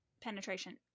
penetration